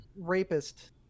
rapist